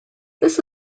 this